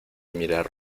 mirar